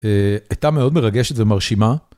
הייתה מאוד מרגשת ומרשימה.